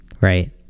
right